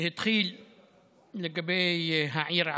שהתחיל לגבי העיר עכו.